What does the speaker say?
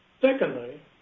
Secondly